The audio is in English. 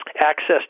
access